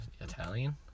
Italian